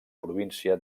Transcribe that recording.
província